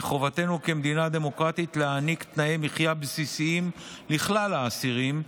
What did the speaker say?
מחובתנו כמדינה דמוקרטית להעניק תנאי מחיה בסיסיים לכלל האסירים,